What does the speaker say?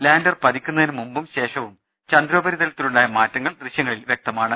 lander പതിക്കുന്നതിന് മുമ്പും ശേഷവും ചന്ദ്രോപരിതലത്തിലുണ്ടായ മാറ്റ ങ്ങൾ ദൃശ്യങ്ങളിൽ വ്യക്തമാണ്